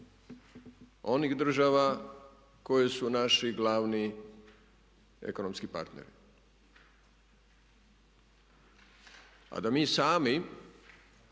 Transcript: onih država koje su naši glavni ekonomski partneri. A da mi sami